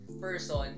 person